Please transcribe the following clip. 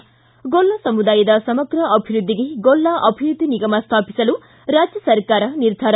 ಿ ಗೊಲ್ಲ ಸಮುದಾಯದ ಸಮಗ್ರ ಅಭಿವೃದ್ಧಿಗೆ ಗೊಲ್ಲ ಅಭಿವೃದ್ಧಿ ನಿಗಮ ಸ್ಥಾಪಿಸಲು ರಾಜ್ಯ ಸರ್ಕಾರ ನಿರ್ಧಾರ